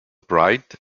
bright